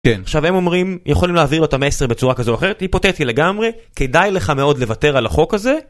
כן, עכשיו הם אומרים, יכולים להעביר לו(?) את המסר בצורה כזו או אחרת, היפותטי לגמרי, כדאי לך מאוד לוותר על החוק הזה.